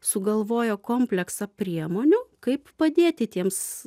sugalvojo kompleksą priemonių kaip padėti tiems